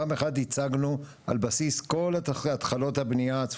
פעם אחת הצגנו על בסיס כל התחלות הבנייה,